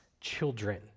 children